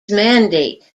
mandate